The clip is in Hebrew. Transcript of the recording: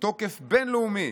תוקף בין-לאומי